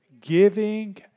Giving